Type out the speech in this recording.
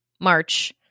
March